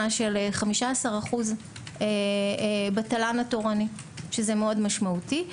של 15% בתל"ן התורני שזה מאוד משמעותי.